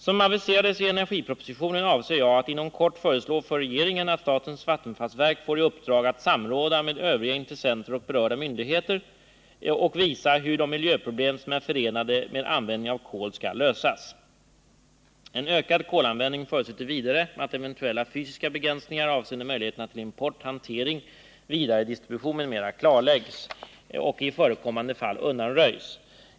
Som aviserades i energipropositionen avser jag inom kort att föreslå för regeringen att statens vattenfallsverk får i uppdrag att i samråd med övriga intressenter och berörda myndigheter visa hur de miljöproblem som är förenade med användningen av kol skall lösas. En ökad kolanvändning förutsätter vidare att eventuella fysiska begränsningar avseende möjligheterna till import, hantering, vidaredistribution m.m. klarläggs och i förekommande fall undanröjs.